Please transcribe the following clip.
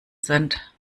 sind